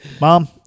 Mom